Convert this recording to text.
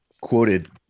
quoted